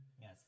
Yes